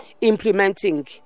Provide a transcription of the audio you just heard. implementing